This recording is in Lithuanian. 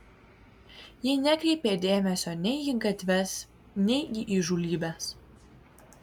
ji nekreipė dėmesio nei į gatves nei į įžūlybes